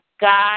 God